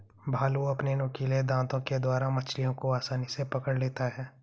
भालू अपने नुकीले दातों के द्वारा मछलियों को आसानी से पकड़ लेता है